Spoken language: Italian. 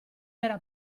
era